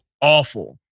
awful